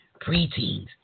preteens